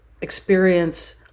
experience